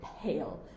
pale